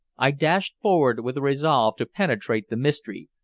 i dashed forward with a resolve to penetrate the mystery,